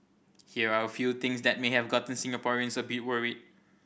here are a few things that may have gotten Singaporeans a bit worried